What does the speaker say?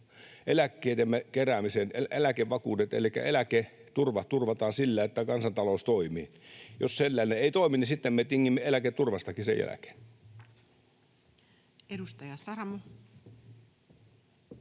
eläkkeidemme keräämisen, eläkevakuudet. Elikkä eläketurva turvataan sillä, että kansantalous toimii. Jos sellainen ei toimi, niin me tingimme eläketurvastakin sen jälkeen. [Speech